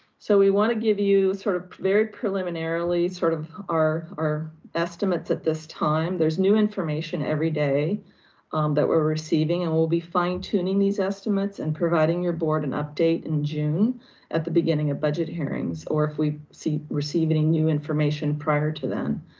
so we wanna give you sort of very preliminarily, sort of our our estimates at this time. there's new information every day that we're receiving and we'll be fine tuning these estimates and providing your board an update in june at the beginning of budget hearings, or if we see receive any new information prior to them.